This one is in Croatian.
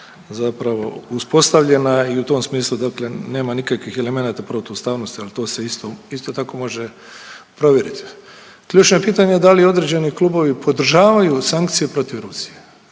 zakona uspostavljena i u tom smislu dakle nema nikakvih elemenata protu ustavnosti, ali to se isto tako može provjeriti. Ključno je pitanje da li određeni klubovi podržavaju sankcije protiv Rusije